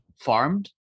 farmed